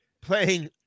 playing